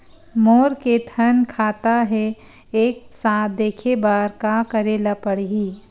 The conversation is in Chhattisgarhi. मोर के थन खाता हे एक साथ देखे बार का करेला पढ़ही?